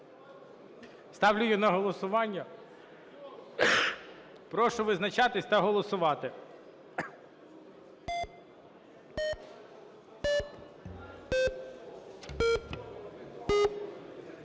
Ставлю її на голосування. Прошу визначатись та голосувати.